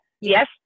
Yes